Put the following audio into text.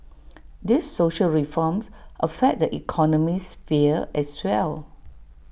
these social reforms affect the economic sphere as well